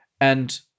And-